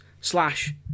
slash